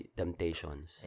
temptations